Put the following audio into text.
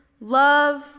love